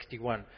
61